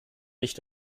nicht